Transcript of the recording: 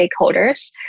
stakeholders